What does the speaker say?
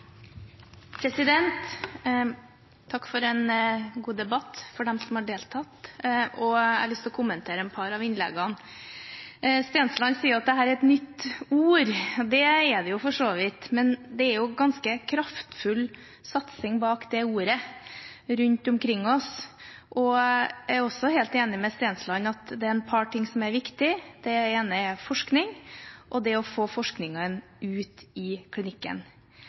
Takk for en god debatt til alle som har deltatt. Jeg har lyst til å kommentere et par av innleggene. Representanten Stensland sa at dette er et nytt ord. Det er det for så vidt, men det er en ganske kraftfull satsing bak det ordet rundt omkring oss. Jeg er også helt enig med representanten Stensland i at det er et par ting som er viktig. Det ene er forskning, og det andre er å få forskningen ut i